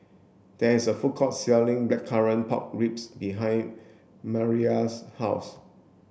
there is a food court selling blackcurrant pork ribs behind Mariela's house